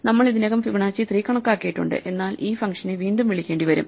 നമ്മൾ ഇതിനകം ഫിബനാച്ചി 3 കണക്കാക്കിയിട്ടുണ്ട് എന്നാൽ ഈ ഫംഗ്ഷനെ വീണ്ടും വിളിക്കേണ്ടി വരും